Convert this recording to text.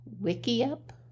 Wikiup